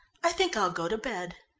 i think i'll go to bed.